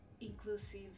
inclusive